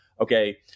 okay